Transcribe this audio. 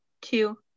two